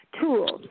tools